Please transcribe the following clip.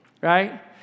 right